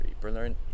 Berlin